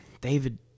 David